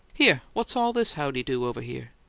here! what's all this howdy-do over here?